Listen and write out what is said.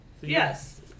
Yes